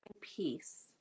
peace